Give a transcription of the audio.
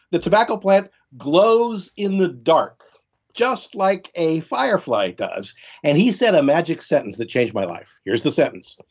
the tobacco plant glows in the dark just like a firefly does and he said a magic sentence that changed my life. here's the sentence.